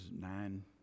nine